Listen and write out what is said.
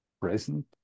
present